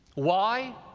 why?